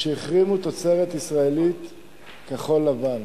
שהחרימו תוצרת ישראלית כחול-לבן.